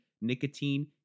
nicotine